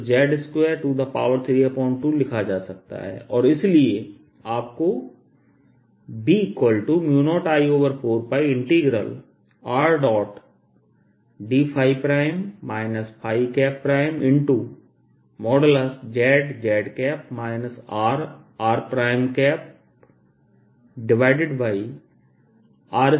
3 को R2z232लिखा जा सकता है और इसलिए आपको B0I4πRd